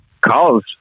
calls